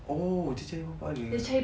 oh dia cari bapa dia